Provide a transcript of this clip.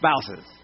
spouses